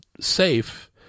safe